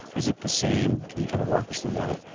is it the same? can you kind of walk us through that?